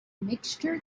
mixture